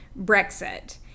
brexit